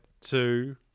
Two